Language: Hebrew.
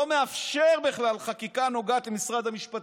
לא מאפשר בכלל חקיקה הנוגעת למשרד המשפטים.